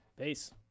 peace